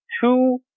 two